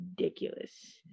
Ridiculous